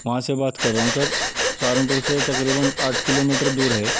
وہاں سے بات کر رہا ہوں سر سہارن پور سے تقریباً آٹھ کلو میٹر دور ہے